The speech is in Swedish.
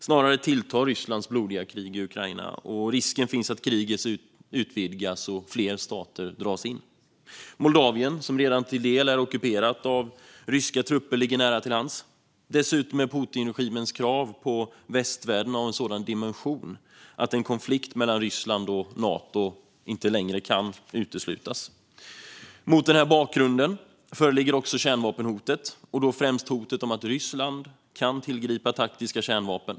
Snarare tilltar Rysslands blodiga krig i Ukraina, och risken finns att kriget utvidgas och att fler stater dras in. Moldavien, som redan till del är ockuperat av ryska trupper, ligger nära till hands. Dessutom är Putinregimens krav på hela västvärlden av en sådan dimension att en konflikt mellan Ryssland och Nato inte längre kan uteslutas. Det föreligger också ett kärnvapenhot, och då främst hotet om att Ryssland kan tillgripa taktiska kärnvapen.